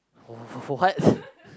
wh~ wh~ wh~ what